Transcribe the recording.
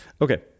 okay